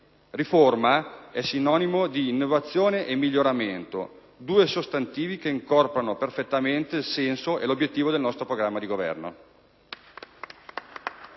Riforma è sinonimo di innovazione e miglioramento: due sostantivi che incorporano perfettamente il senso e l'obiettivo del nostro programma di Governo.